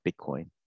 Bitcoin